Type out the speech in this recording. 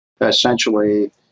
essentially